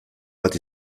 bat